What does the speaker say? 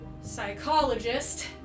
psychologist